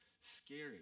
scary